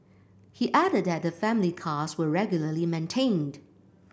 he added that the family cars were regularly maintained